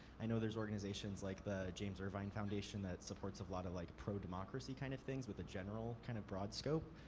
i know there's organizations like the james irvine foundation that supports a lot of like pro-democracy kind of things with a general kind of broad scope.